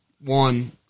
One